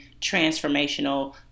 transformational